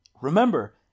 Remember